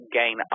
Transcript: gain